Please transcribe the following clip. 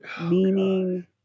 Meaning